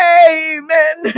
amen